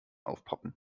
aufpoppen